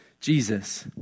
Jesus